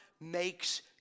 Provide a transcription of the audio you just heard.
makes